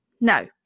no